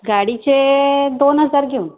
गाडीचे दोन हजार घेऊन